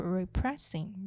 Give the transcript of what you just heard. repressing